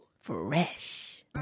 Fresh